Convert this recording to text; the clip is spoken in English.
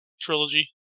Trilogy